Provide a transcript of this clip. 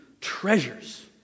treasures